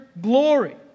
Glory